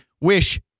wish